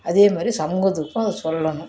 அதேமாதிரி சமூகத்துக்கும் அதை சொல்லணும்